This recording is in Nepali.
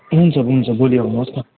हुन्छ हुन्छ भोलि आउनुहोस् न